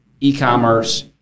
e-commerce